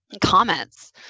comments